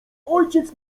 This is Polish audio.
ojciec